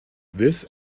this